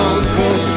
Uncle